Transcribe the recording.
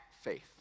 faith